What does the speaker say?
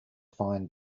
find